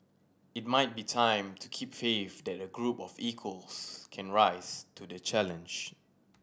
it might be time to keep faith that a group of equals can rise to the challenge